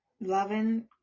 loving